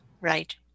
Right